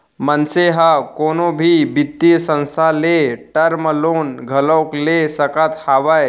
मनसे ह कोनो भी बित्तीय संस्था ले टर्म लोन घलोक ले सकत हावय